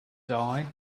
die